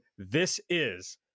THISIS